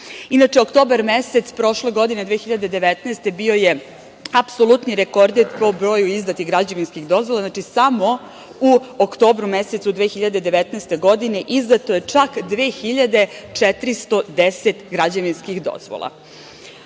radite. Inače, oktobar mesec prošle godine, 2019. godine bio je apsolutni rekorder po broju izdatih građevinskih dozvola, samo u oktobru mesecu 2019. godine izdato je čak 2.410 građevinskih dozvola. Takođe,